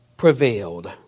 prevailed